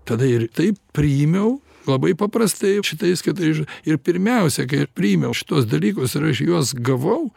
tada ir taip priėmiau labai paprastai šitą įskaitą iš ir pirmiausia kai aš priėmiau šituos dalykus ir aš juos gavau